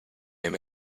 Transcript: game